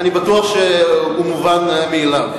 אני בטוח שהוא מובן מאליו.